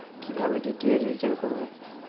কিভাবে DTH recharge করব?